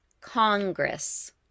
Congress